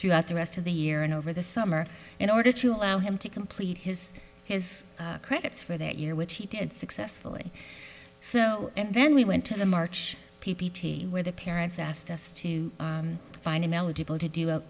throughout the rest of the year and over the summer in order to allow him to complete his his credits for that year which he did successfully so then we went to the march p p t where the parents asked us to find him eligible to do